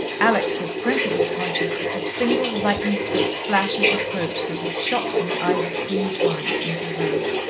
alex was principally conscious of the single, lightning-swift flash of reproach that had shot from the eyes of queenie torrance into hers.